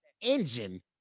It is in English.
engine